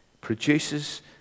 produces